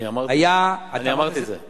אני אמרתי את זה.